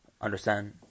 understand